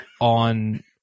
on